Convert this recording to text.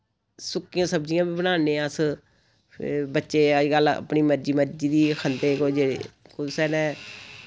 सुक्कियां सब्जियां वि बनान्ने अस फ्ही बच्चे अज्जकल अपनी मर्जी मर्जी दी खंदे कोई जेह्ड़ी कुसे नै